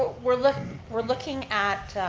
we're looking we're looking at